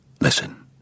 Listen